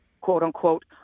quote-unquote